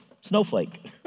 snowflake